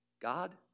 God